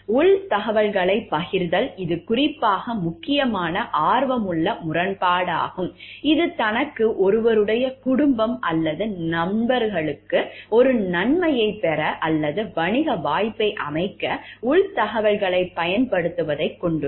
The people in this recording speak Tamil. உள் தகவல்களைப் பகிர்தல் இது குறிப்பாக முக்கியமான ஆர்வமுள்ள முரண்பாடாகும் இது தனக்கு ஒருவருடைய குடும்பம் அல்லது நண்பர்களுக்கு ஒரு நன்மையைப் பெற அல்லது வணிக வாய்ப்பை அமைக்க உள் தகவல்களைப் பயன்படுத்துவதைக் கொண்டுள்ளது